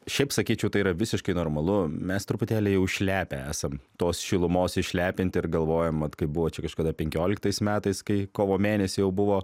šiaip sakyčiau tai yra visiškai normalu mes truputėlį jau išlepę esam tos šilumos išlepinti ir galvojam vat kaip buvo čia kažkada penkioliktais metais kai kovo mėnesį jau buvo